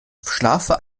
schlafe